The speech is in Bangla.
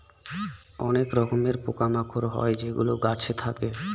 অনেক রকমের পোকা মাকড় হয় যেগুলো গাছে থাকে